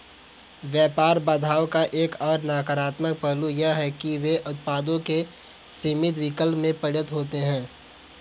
व्यापार बाधाओं का एक और नकारात्मक पहलू यह है कि वे उत्पादों के सीमित विकल्प में परिणत होते है